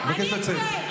אני מבקש לצאת.